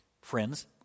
Friends